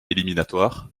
éliminatoires